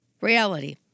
Reality